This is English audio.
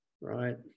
right